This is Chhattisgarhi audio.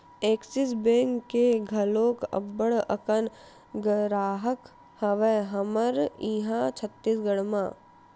ऐक्सिस बेंक के घलोक अब्बड़ अकन गराहक हवय हमर इहाँ छत्तीसगढ़ म